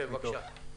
ראשית,